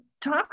talk